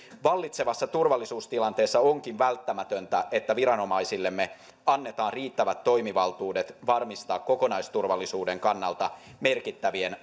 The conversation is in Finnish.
vallitsevassa turvallisuustilanteessa onkin välttämätöntä että viranomaisillemme annetaan riittävät toimivaltuudet varmistaa kokonaisturvallisuuden kannalta merkittävien